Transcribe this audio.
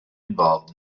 involved